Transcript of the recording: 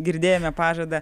girdėjome pažadą